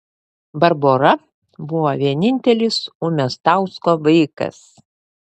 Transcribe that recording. barbora buvo vienintelis umiastausko vaikas